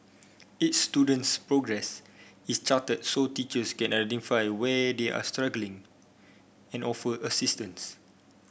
each student's progress is charted so teachers can identify where they are struggling and offer assistance